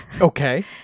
Okay